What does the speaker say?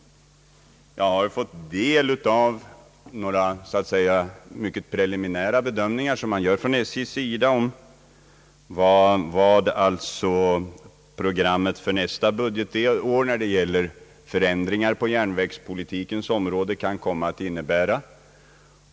Jag har fått del av några mycket preliminära bedömningar från SJ av vad programmet för nästa år i fråga om förändringar på järnvägspolitikens område kan komma att innebära.